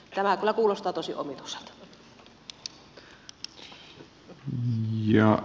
tämä kyllä kuulostaa tosi omituiselta